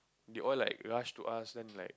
they all like rush to us then like